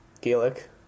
Gaelic